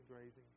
grazing